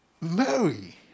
Mary